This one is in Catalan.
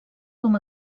com